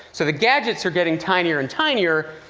so the gadgets are getting tinier and tinier,